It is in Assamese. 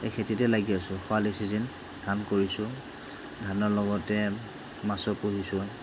এই খেতিতেই লাগি আছোঁ খৰালি চিজিন কাম কৰিছোঁ ধানৰ লগতে মাছো পোহিছোঁ